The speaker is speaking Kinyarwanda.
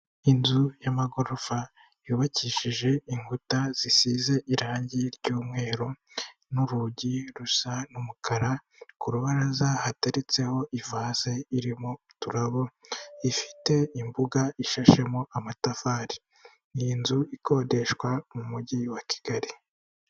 Inzu y'amagorofa yubakishije inkuta zisize irangi ry'umweru, n'urugi rusa n'umukara ku rubaraza hateriretseho ivase irimo uturabo, ifite imbuga ishashemo amatafari, ni inzu ikodeshwa mu mujyi wa Kigali.